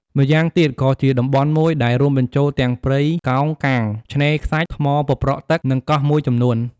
ម្យ៉ាងទៀតក៏ជាតំបន់មួយដែលរួមបញ្ចូលទាំងព្រៃកោងកាង ឆ្នេរខ្សាច់ ថ្មប៉ប្រះទឹក និងកោះមួយចំនួន។